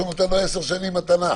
הוא ייקבל ל-10 שנים מתנה.